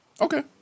Okay